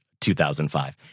2005